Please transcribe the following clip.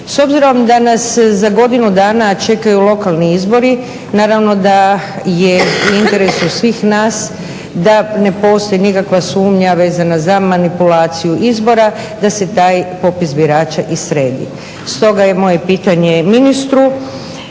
S obzirom da nas za godinu dana čekaju lokalni izbori naravno da je u interesu svih nas da ne postoji nikakva sumnja vezana za manipulaciju izbora, da se taj popis birača i sredi. Stoga je moje pitanje ministru,